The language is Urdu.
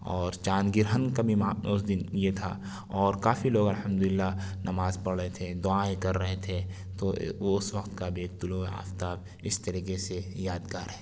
اور چاند گرہن کا بھی ما اس دن یہ تھا اور کافی لوگ الحمداللہ نماز پڑھ رہے تھے دعائیں کر رہے تھے تو وہ اس وقت کا بھی طلوع آفتاب اس طریقے سے یادگار ہے